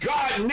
God